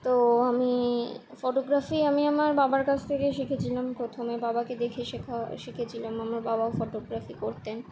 তো আমি ফটোগ্রাফি আমি আমার বাবার কাছ থেকে শিখেছিলাম প্রথমে বাবাকে দেখে শেখা শিখেছিলাম আমার বাবাও ফটোগ্রাফি করতেন